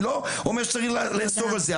אני לא אומר שצריך לאסור את זה.